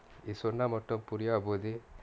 இது சொன்னா மட்டும் புரியபோது:ithu sonna mattum puriyapothu